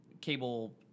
cable